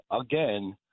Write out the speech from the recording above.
again